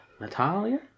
Natalia